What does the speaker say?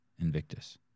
Invictus